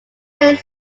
played